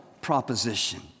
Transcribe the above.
proposition